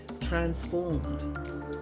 transformed